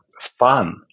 fun